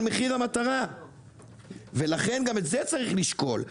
מחיר המטרה ולכן גם את זה צריך לשקול.